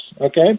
okay